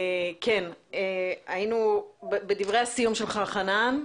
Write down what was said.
היינו בדברי הסיום של חנן.